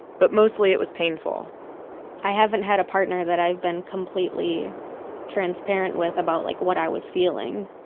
but mostly, it was painful i haven't had a partner that i've been completely transparent with about, like what i was feeling